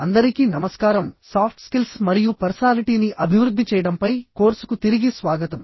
అందరికీ నమస్కారం soft skills మరియు పర్సనాలిటీని అభివృద్ధి చేయడంపై కోర్సుకు తిరిగి స్వాగతం